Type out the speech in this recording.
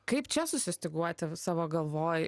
kaip čia susistyguoti savo galvoj